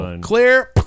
Clear